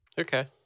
Okay